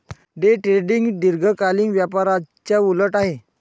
day trading दीर्घकालीन व्यापाराच्या उलट आहे